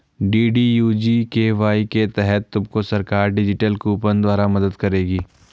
DDU GKY के तहत तुमको सरकार डिजिटल कूपन द्वारा मदद करेगी